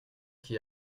qui